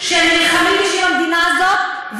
שנלחמים בשביל המדינה הזאת,